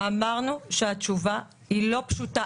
אמרנו שהתשובה לא פשוטה.